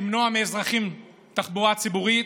למנוע מאזרחים תחבורה ציבורית.